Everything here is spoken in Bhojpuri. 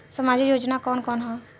सामाजिक योजना कवन कवन ह?